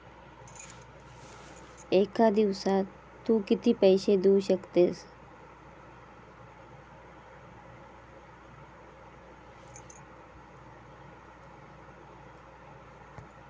एका दिवसात तू किती पैसे देऊ शकतस?